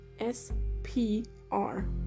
SPR